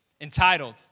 entitled